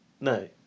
no